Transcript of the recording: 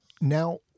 Now